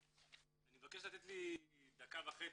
אני מבקש לתת לי דקה וחצי,